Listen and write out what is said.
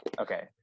Okay